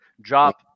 Drop